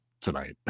tonight